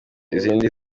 izindi